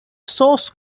source